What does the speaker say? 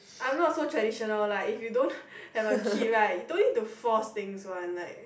I'm not so traditional lah if you don't have a kid right you don't need to force things one like